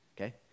okay